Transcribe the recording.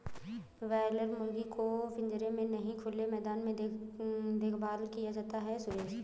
boiler मुर्गी को पिंजरे में नहीं खुले मैदान में देखभाल किया जाता है सुरेश